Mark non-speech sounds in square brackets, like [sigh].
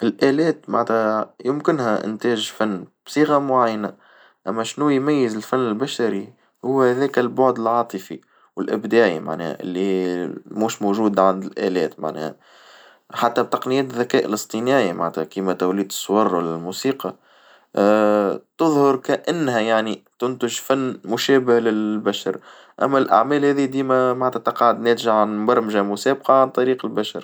الآلات معنتا يمكنها إنتاج فن بصيغة معينة، إما شنو يميز الفن البشري؟ هو هذاك البعد العاطفي والإبداعي معناه اللي [hesitation] مش موجود عند الآلات معناها حتى تقنية الذكاء الاصطناعي معناتها كيما تولية الصور والموسيقى تظهر كأنها يعني تنتج فن مشابه للبشر، أما الأعمال هاذي ديما معنتها تقاعد ناتجة عن برمجة مسابقة عن طريق البشر.